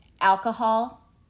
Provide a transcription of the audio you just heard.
alcohol